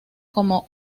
como